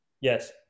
Yes